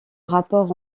rapport